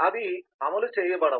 అవి అమలు చేయబడవు